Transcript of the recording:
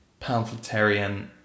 pamphletarian